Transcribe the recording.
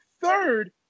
third